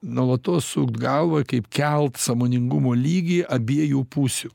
nuolatos sukt galvą kaip kelti sąmoningumo lygį abiejų pusių